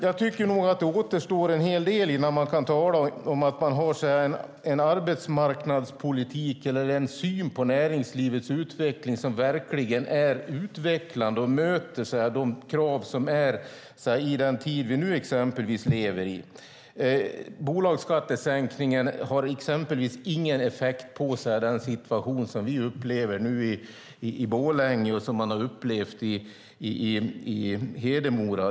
Jag tycker att det återstår en hel del innan man kan tala om att man har en arbetsmarknadspolitik eller en syn på näringslivets utveckling som verkligen är utvecklande och möter de krav som råder i den tid vi lever i. Bolagsskattesänkningen har exempelvis ingen effekt på den situation som vi nu upplever i Borlänge och som man har upplevt i Hedemora.